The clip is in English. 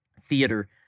theater